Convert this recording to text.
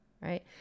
right